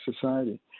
society